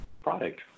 product